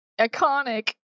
Iconic